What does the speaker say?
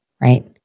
right